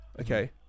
okay